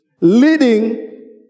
leading